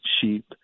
sheep